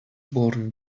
born